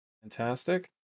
Fantastic